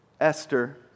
Esther